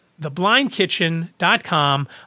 theblindkitchen.com